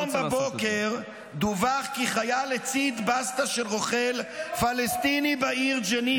רק היום בבוקר דווח כי חייל הצית בסטה של רוכל פלסטיני בעיר ג'נין.